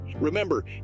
Remember